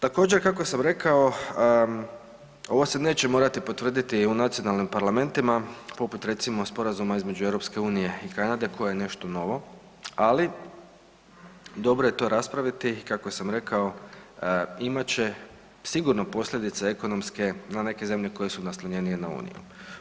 Također kako sam rekao ovo se neće morati potvrditi u nacionalnim parlamentima poput recimo Sporazuma između EU i Kanade koja je nešto novo, ali dobro je to raspraviti, kako sam rekao imat će sigurno posljedice ekonomske na neke zemlje koje su naslonjenije na uniju.